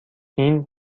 این